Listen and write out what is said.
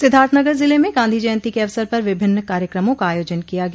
सिद्वार्थनगर जिले में गांधी जयंती के अवसर पर विभिन्न कार्यकमों का आयोजन किया गया